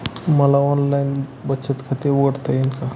मला ऑनलाइन बचत खाते उघडता येईल का?